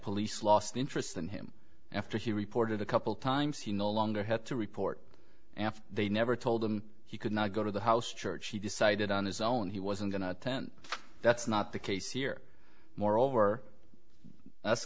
police lost interest in him after he reported a couple times he no longer had to report and they never told him he could not go to the house church he decided on his own he wasn't going to attend that's not the case here moreover